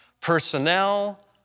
personnel